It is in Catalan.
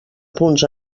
punts